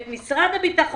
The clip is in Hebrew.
את משרד הביטחון?